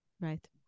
right